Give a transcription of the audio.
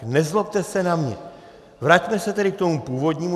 Nezlobte se na mě, vraťme se tedy k tomu původnímu.